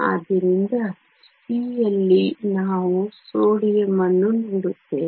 ಆದ್ದರಿಂದ ಸಿ ಯಲ್ಲಿ ನಾವು ಸೋಡಿಯಂ ಅನ್ನು ನೋಡುತ್ತೇವೆ